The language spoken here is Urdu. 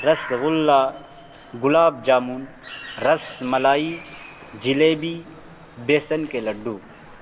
رس گلا گلاب جامن رس ملائی جلیبی بیسن کے لڈو